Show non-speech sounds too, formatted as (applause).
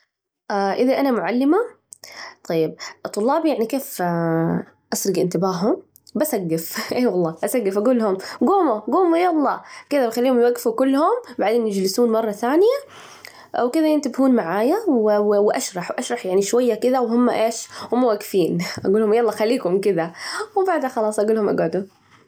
إذا أنا معلمة، طيب، الطلاب يعني كيف أسرج إنتباههم؟ بسجف أي والله أسجف، أجول لهم جوموا جوموا، يلا، كده نخليهم يوجفوا كلهم، بعدين يجلسون مرة ثانية، وكده ينتبهون معايا، و أشرح وأشرح، يعني شوية كده، وهم إيش؟ وهم واجفين، أجول لهم يلا خليكم كده، وبعدها خلاص أجول لهم اجعدوا. (laughs)